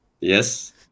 Yes